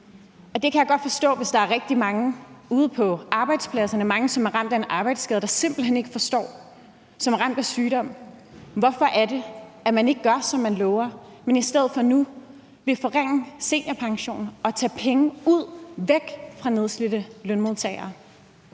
Jeg kan godt forstå, hvis der er rigtig mange ude på arbejdspladserne, som er ramt af en arbejdsskade, som er ramt af sygdom, der simpelt hen ikke forstår det. Hvorfor gør man ikke, som man lover, men i stedet for nu vil forringe seniorpensionen og tage penge ud og væk fra nedslidte lønmodtagere?